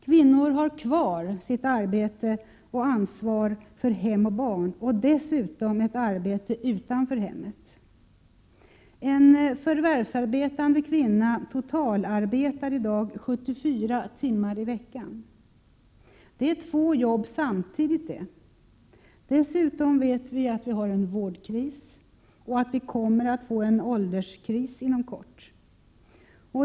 Kvinnor har kvar sitt arbete och ansvar för hem och barn och dessutom ett arbete utanför hemmet. En förvärvsarbetande kvinna arbetar i dag totalt 74 timmar i veckan. Det är två jobb samtidigt! Dessutom vet vi att vi har en vårdkris och att vi kommer att få en ålderskris inom kort.